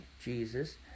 Jesus